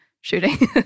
shooting